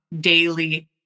daily